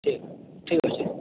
ଠିକ୍ ଠିକ୍ ଅଛି